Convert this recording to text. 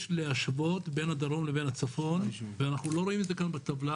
יש להשוות בין הדרום לבין הצפון ואנחנו לא רואים את זה כאן בטבלה.